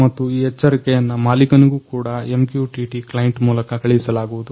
ಮತ್ತು ಈ ಎಚ್ಚರಿಕೆಯನ್ನ ಮಾಲಿಕನಿಗೂ ಕೂಡ MQTT ಕ್ಲೈಂಟ್ ಮೂಲಕ ಕಳಿಸಲಾಗುವುದು